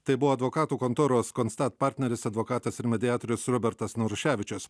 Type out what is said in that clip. tai buvo advokatų kontoros konstat partneris advokatas ir mediatoriaus robertas naruševičius